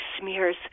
smears